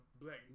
Black